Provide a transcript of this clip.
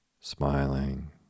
smiling